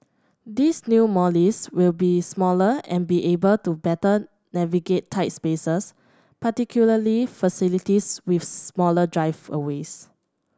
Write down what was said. these new Mollies will be smaller and be able to better navigate tight spaces particularly facilities with smaller driveways